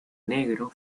negro